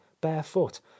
barefoot